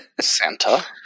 Santa